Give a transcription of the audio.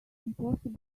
impossible